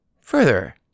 further